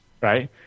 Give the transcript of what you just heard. Right